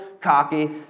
cocky